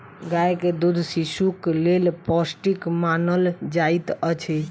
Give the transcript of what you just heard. गाय के दूध शिशुक लेल पौष्टिक मानल जाइत अछि